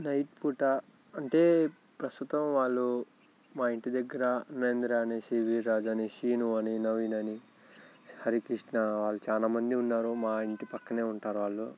night పూట అంటే ప్రస్తుతం వాళ్ళు మా ఇంటి దగ్గర నరేంద్ర అనేసి వీరరాజు అని అని నవీన్ అని హరికృష్ణ వాళ్ళు చాలా మంది ఉన్నారు మా ఇంటి ప్రక్కనే ఉంటారు వాళ్ళు